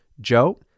Joe